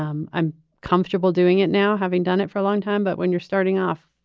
um i'm comfortable doing it now, having done it for a long time. but when you're starting off,